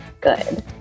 good